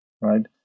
right